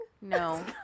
No